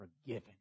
forgiven